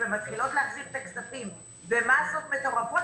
ומתחילות להחזיר את הכספים במסות מטורפות,